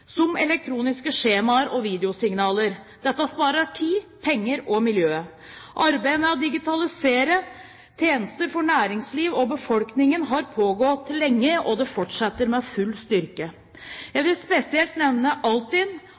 som elektroniske skjemaer og videosignaler. Dette sparer tid, penger og miljøet. Arbeidet med å digitalisere tjenester for næringsliv og befolkningen har pågått lenge, og det fortsetter med full styrke. Jeg vil spesielt nevne Altinn,